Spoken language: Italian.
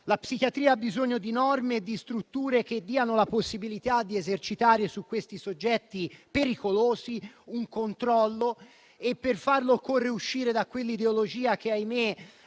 La psichiatria ha bisogno di norme e di strutture che diano la possibilità di esercitare su questi soggetti pericolosi un controllo. Per farlo, occorre uscire da quella ideologia che, ahimè,